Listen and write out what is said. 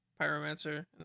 pyromancer